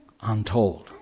untold